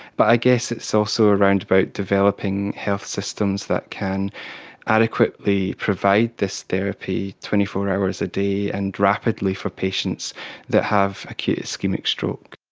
but i guess it's so so also about developing health systems that can adequately provide this therapy twenty four hours a day and rapidly for patients that have acute so ischaemic stroke.